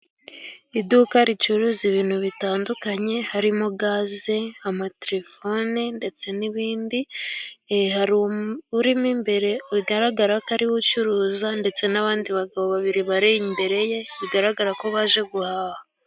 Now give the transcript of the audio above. Iduka ricuruza ibintu bitandukanye, harimo gaze, amatelefone ndetse n'ibindi. Hari urimo imbere bigaragara ko ariwe ucuruza, ndetse n'abandi bagabo babiri bari imbere ye bigaragara ko baje guhaha.